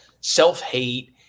self-hate